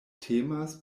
temas